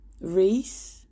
Reese